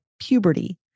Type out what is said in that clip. PUBERTY